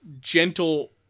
gentle –